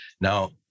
Now